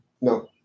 No